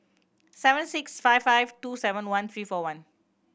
seven six five five two seven one three four one